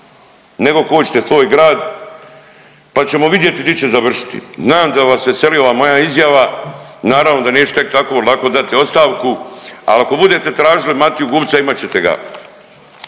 nego kočiti svoj grad, pa ćemo vidjeti di će završiti. Znam da vas veseli ova moja izjava, naravno da neću tek tako lako dati ostavku, al ako budete tražili Matiju Gupca imat ćete ga,